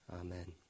amen